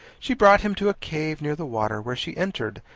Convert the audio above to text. she brought him to a cave near the water, where she entered,